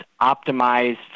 optimized